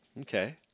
Okay